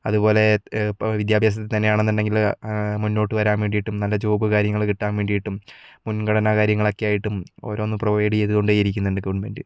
അതുപോലെ ഇപ്പൊ വിദ്യാഭ്യാസത്തില് തന്നെ ആണെന്നുണ്ടെങ്കില് മുന്നോട്ട് വരാന് വേണ്ടിട്ടും നല്ല ജോബ് കാര്യങ്ങള് കിട്ടാന് വേണ്ടിട്ടും മുൻഗണന കാര്യങ്ങള് ആയിട്ടും ഓരോന്ന് പ്രൊവൈഡ് ചെയ്തു കൊണ്ടേ ഇരിക്കുന്നുണ്ട് ഗവൺമെന്റ്